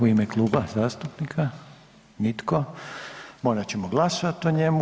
U ime kluba zastupnika, nitko, morat ćemo glasovati o njemu.